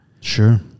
Sure